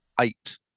eight